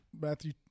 Matthew